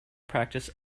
practice